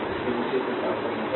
तो फिर भी मुझे इसे साफ करने दें